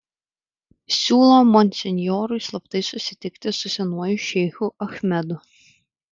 siūlo monsinjorui slaptai susitikti su senuoju šeichu achmedu